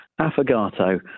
affogato